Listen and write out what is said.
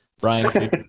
Brian